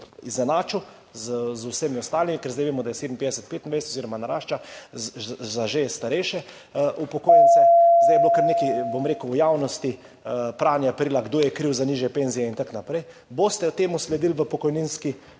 izenačil z vsemi ostalimi? Ker zdaj vemo, da je 57,25 oziroma narašča za že starejše upokojence. Zdaj je bilo kar nekaj, bom rekel, pranja perila v javnosti, kdo je kriv za nižje penzije in tako naprej. Boste temu sledili v pokojninski